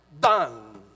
done